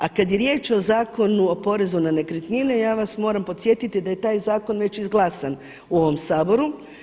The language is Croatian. A kada je riječ o Zakonu o porezu na nekretnine, ja vas moram podsjetiti da je taj zakon već izglasan u ovom Saboru.